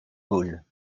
gaulle